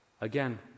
Again